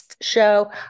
show